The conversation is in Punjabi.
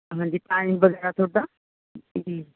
ਹਾਂਜੀ ਟਾਈਮ ਵਗੈਰਾ ਤੁਹਾਡਾ ਜੀ